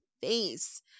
face